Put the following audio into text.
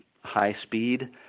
high-speed